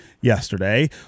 yesterday